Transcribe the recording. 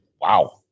Wow